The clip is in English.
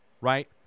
right